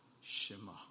Shema